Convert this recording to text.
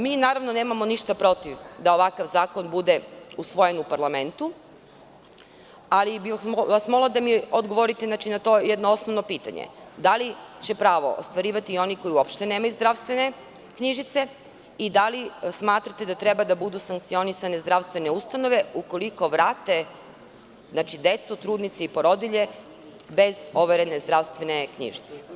Mi nemamo ništa protiv da ovakav zakon bude usvojen u parlamentu, ali bih vas molila da mi odgovorite na jedno osnovno pitanje – da li će to pravo ostvarivati i oni koji uopšte nemaju zdravstvene knjižice i da li smatrate da treba da budu sankcionisane zdravstvene ustanove ukoliko vrate decu, trudnice i porodilje bez overene zdravstvene knjižice?